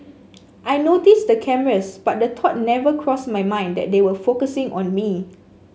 I noticed the cameras but the thought never crossed my mind that they were focusing on me